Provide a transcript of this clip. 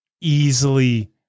easily